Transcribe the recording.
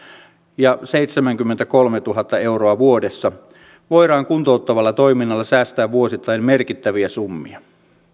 ja seitsemänkymmentäkolmetuhatta euroa vuodessa voidaan kuntouttavalla toiminnalla säästää vuosittain merkittäviä summia